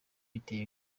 biteye